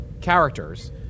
characters